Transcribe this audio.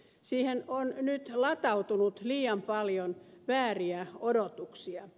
siihen on nyt latautunut liian paljon vääriä odotuksia